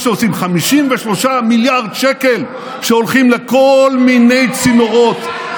זה מה שעושים עם 53 מיליארד שקל שהולכים לכל מיני צינורות,